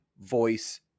voice